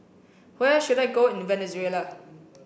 where should I go in Venezuela